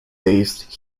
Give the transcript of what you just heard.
based